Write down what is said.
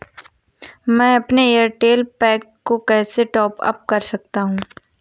मैं अपने Airtel pack को कैसे टॉप अप कर सकता हूँ?